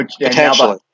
Potentially